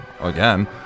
again